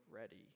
ready